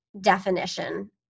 definition